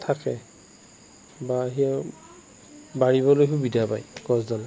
থাকে বা সেয়া বাঢ়িবলৈ সুবিধা পায় গছডালে